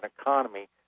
economy